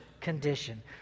condition